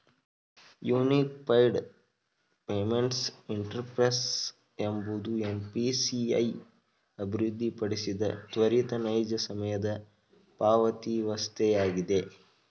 unified payments interface ಎಂಬುದು NPCI ಅಭಿವೃದ್ಧಿಪಡಿಸಿದ ತ್ವರಿತ ನೈಜ ಸಮಯದ ಪಾವತಿವಸ್ಥೆಯಾಗಿದೆ